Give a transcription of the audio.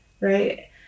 right